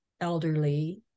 elderly